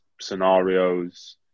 scenarios